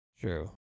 True